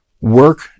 work